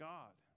God